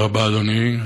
תודה רבה, אדוני.